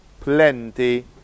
plenty